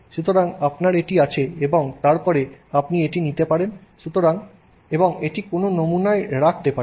সুতরাং আপনার এটি আছে এবং তারপরে আপনি এটি নিতে পারেন এবং এটি কোনো নমুনায় রাখতে পারেন